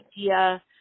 idea